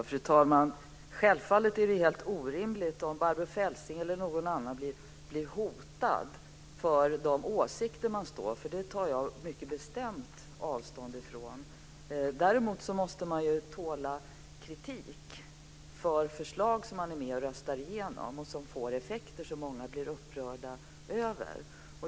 Fru talman! Självfallet är det helt orimligt om Barbro Feltzing eller någon annan blir hotad för de åsikter de står för. Det tar jag mycket bestämt avstånd ifrån. Däremot måste man tåla kritik för förslag som man är med och röstar igenom och som får effekter som många blir upprörda över.